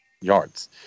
yards